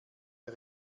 der